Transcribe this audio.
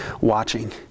watching